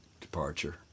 departure